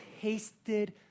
tasted